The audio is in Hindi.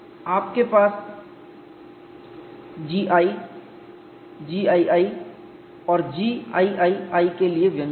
आपके पास GI GII और GIII के लिए व्यंजक हैं